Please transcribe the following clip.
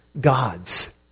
gods